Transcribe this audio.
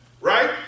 Right